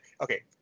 okay